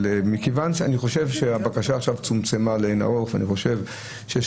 אני חושב שהבקשה עכשיו צומצמה לאין ערוך ואני חושב שיש